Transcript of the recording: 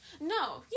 No